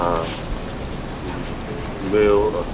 हा ॿियो